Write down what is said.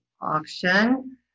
auction